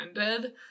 ended